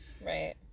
Right